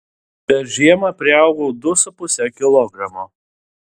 per žiemą priaugau du su puse kilogramo